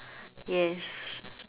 yes